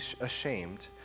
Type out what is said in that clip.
ashamed